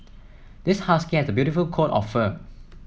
this husky has a beautiful coat of fur